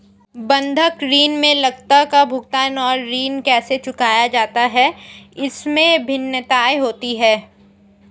बंधक ऋण में लागत का भुगतान और ऋण कैसे चुकाया जाता है, इसमें भिन्नताएं होती हैं